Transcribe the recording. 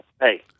hey